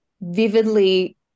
vividly